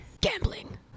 gambling